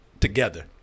together